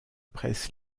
presse